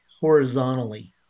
horizontally